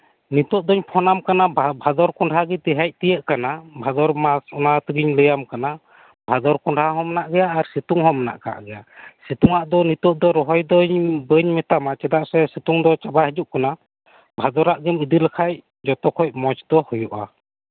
ᱱᱤᱛᱚᱜ ᱫᱚᱧ ᱯᱷᱚᱱᱟᱢ ᱠᱟᱱᱟ ᱵᱷᱟᱫᱚᱨ ᱠᱚᱸᱰᱦᱟ ᱦᱮᱡ ᱛᱤᱭᱟᱹᱜ ᱟᱠᱟᱱᱟ ᱵᱷᱟᱫᱚᱨ ᱢᱟᱥ ᱚᱱᱟᱛᱮᱜᱤᱧ ᱞᱟᱹᱭᱟᱢ ᱠᱟᱱᱟ ᱵᱷᱟᱫᱚᱨ ᱠᱚᱸᱰᱦᱟ ᱦᱚᱸ ᱢᱮᱱᱟᱜ ᱟᱠᱟᱫ ᱜᱮᱭᱟ ᱟᱨ ᱥᱤᱛᱩᱝ ᱦᱚᱸ ᱢᱮᱱᱟᱜ ᱟᱠᱟᱫ ᱜᱮᱭᱟ ᱥᱤᱛᱩᱝᱟᱜ ᱫᱚ ᱱᱤᱛᱚᱜ ᱫᱚ ᱨᱚᱦᱚᱭ ᱫᱚ ᱵᱟᱹᱧ ᱢᱮᱛᱟᱢᱟ ᱪᱮᱫᱟᱜ ᱥᱮ ᱥᱤᱛᱩᱝ ᱫᱚ ᱪᱟᱵᱟ ᱦᱤᱡᱩᱜ ᱠᱟᱱᱟ ᱵᱷᱟᱫᱚᱨᱟᱜ ᱜᱤᱢ ᱤᱫᱤᱞᱮᱠᱷᱟᱡ ᱡᱚᱛᱚᱠᱷᱚᱡ ᱢᱚᱡ ᱫᱚ ᱦᱩᱭᱩᱜᱼᱟ